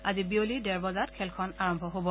আজি বিয়লি ডেৰ বজাত খেলখন আৰম্ভ হব